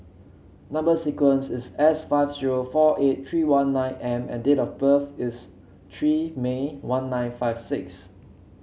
number sequence is S five zero four eight three one nine M and date of birth is three May one nine five six